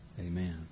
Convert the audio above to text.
Amen